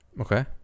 okay